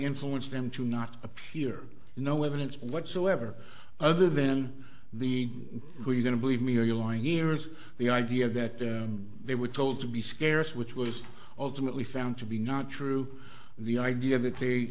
influenced them to not appear no evidence whatsoever other than the we're going to believe me or your lying ears the idea that they were told to be scarce which was ultimately found to be not true the idea that they